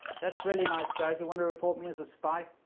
that's really nice guys who want to report me as a spy?